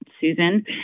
susan